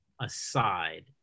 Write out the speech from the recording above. aside